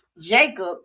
Jacob